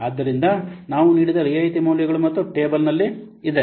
ಆದ್ದರಿಂದ ಹೌದು ನಾವು ನೀಡಿದ ರಿಯಾಯಿತಿ ಮೌಲ್ಯಗಳು ಮತ್ತು ಟೇಬಲ್ ಇಲ್ಲಿದೆ